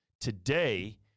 Today